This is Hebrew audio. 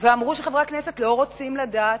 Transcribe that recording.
ואמרו שחברי הכנסת לא רוצים לדעת,